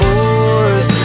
Boys